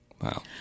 Wow